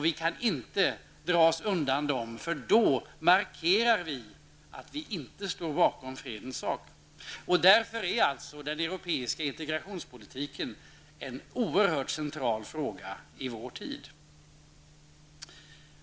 Vi kan inte dra oss undan dem, för då markerar vi att vi inte står bakom fredens sak. Därför är den europeiska integrationspolitiken en oerhört central fråga i vår tid.